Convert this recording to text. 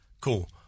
Cool